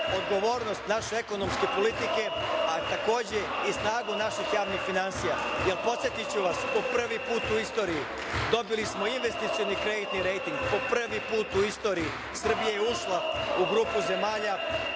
odgovornost naše ekonomske politike, ali takođe i snagu naših javnih finansija. Podsetiću vas, po prvi put u istoriji dobili smo investicioni kreditni rejting, po prvi put u istoriji Srbija je ušla u grupu zemalja